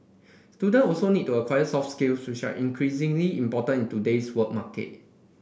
student also need to acquire soft skills which are increasingly important in today's work market